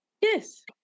Yes